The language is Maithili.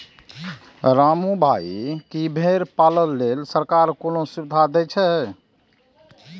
रामू भाइ, की भेड़ पालन लेल सरकार कोनो सुविधा दै छै?